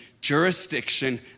jurisdiction